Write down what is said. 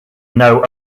know